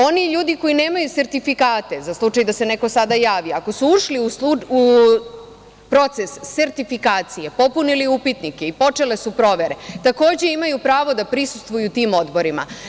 Oni ljudi koji nemaju sertifikate za slučaj da se sada neko javi, ako su ušli u proces sertifikacije, popunili upitnike i počele su provere, takođe imaju pravo da prisustvuju tim odborima.